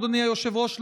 אדוני היושב-ראש,